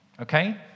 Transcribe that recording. Okay